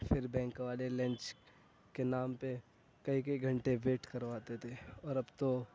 پھر بینک والے لنچ کے نام پہ کئی کئی گھنٹے ویٹ کرواتے تھے اور اب تو